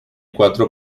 cuatro